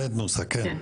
כן.